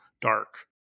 dark